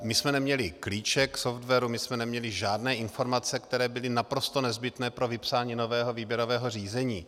My jsme neměli klíček k softwaru, my jsme neměli žádné informace, které byly naprosto nezbytné pro vypsání nového výběrového řízení.